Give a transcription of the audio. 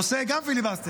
עושה גם פיליבסטר.